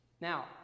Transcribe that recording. Now